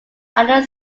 another